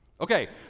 Okay